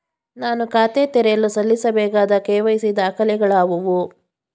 ನಾನು ಖಾತೆ ತೆರೆಯಲು ಸಲ್ಲಿಸಬೇಕಾದ ಕೆ.ವೈ.ಸಿ ದಾಖಲೆಗಳಾವವು?